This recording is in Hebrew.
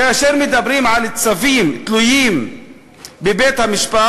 כאשר מדברים על צווים תלויים בבית-המשפט,